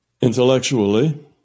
intellectually